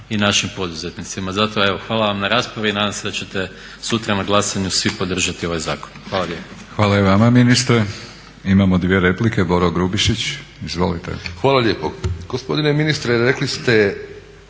i našim poduzetnicima. Zato evo, hvala vam na raspravi i nadam se da ćete sutra na glasanju svi podržati ovaj zakon. Hvala lijepa. **Batinić, Milorad (HNS)** Imamo dvije replike, Boro Grubišić, izvolite. **Grubišić, Boro (HDSSB)** Gospodine ministre rekli ste